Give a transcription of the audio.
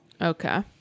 Okay